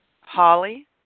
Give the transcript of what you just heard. Holly